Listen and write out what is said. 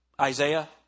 Isaiah